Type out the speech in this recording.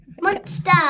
Monster